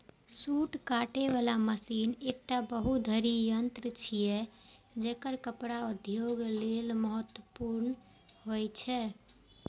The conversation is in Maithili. सूत काटे बला मशीन एकटा बहुधुरी यंत्र छियै, जेकर कपड़ा उद्योग लेल महत्वपूर्ण होइ छै